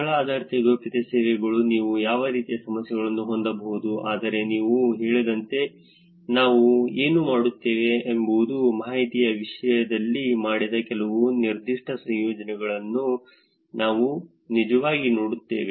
ಸ್ಥಳ ಆಧಾರಿತ ಗೌಪ್ಯತೆ ಸೇವೆಗಳು ನೀವು ಯಾವ ರೀತಿಯ ಸಮಸ್ಯೆಗಳನ್ನು ಹೊಂದಬಹುದು ಆದರೆ ನಾನು ಹೇಳಿದಂತೆ ನಾವು ಏನು ಮಾಡುತ್ತೇವೆ ಎಂಬುದು ಮಾಹಿತಿಯ ವಿಷಯದಲ್ಲಿ ಮಾಡಿದ ಕೆಲವು ನಿರ್ದಿಷ್ಟ ಸಂಶೋಧನೆಗಳನ್ನು ನಾವು ನಿಜವಾಗಿ ನೋಡುತ್ತೇವೆ